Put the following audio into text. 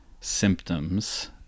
symptoms